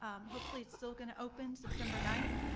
hopefully it's still gonna open september ninth.